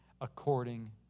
according